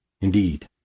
Indeed